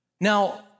Now